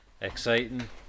exciting